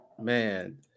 Man